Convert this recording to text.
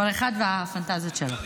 כל אחד והפנטזיות שלו.